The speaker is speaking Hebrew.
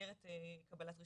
במסגרת קבלת רישיון.